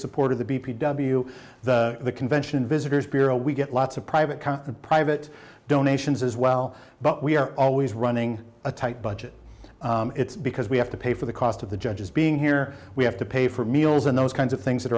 support of the b p w the the convention visitors bureau we get lots of private content private donations as well but we are always running a tight budget it's because we have to pay for the cost of the judges being here we have to pay for meals and those kinds of things that